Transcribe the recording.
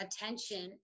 attention